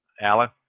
Alan